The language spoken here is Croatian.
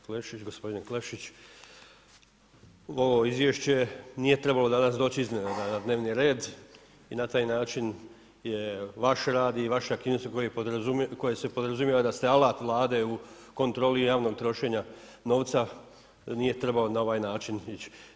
Hvala kolega Klešić, gospodine Klešić, Ovo izvješće nije trebalo danas doći iznenada na dnevni red i na taj način je vaš rad i vaše aktivnosti, koje se podrazumijeva da ste alat vlade u kontroli javnog trošenja novca, da nije trebalo na ovaj način ići.